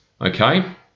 okay